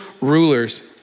rulers